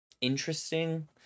interesting